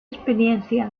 experiencia